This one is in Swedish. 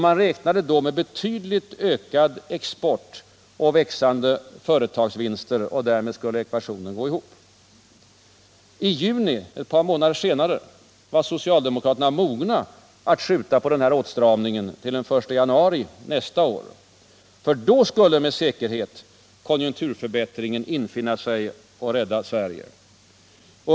Man räknade med betydligt ökad export och växande företagsvinster. Därmed skulle ekvationen gå ihop. I juni, ett par månader senare, var socialdemokraterna mogna att skjuta på åtstramningen till den 1 januari nästa år. Då skulle konjunkturförbättringen med säkerhet infinna sig och rädda Sverige.